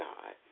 God